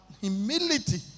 humility